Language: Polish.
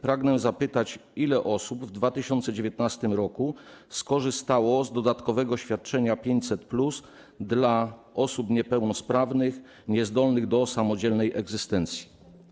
Pragnę zapytać, ile osób w 2019 r. skorzystało z dodatkowego świadczenia 500+ dla osób niepełnosprawnych niezdolnych do samodzielnej egzystencji.